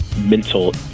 mental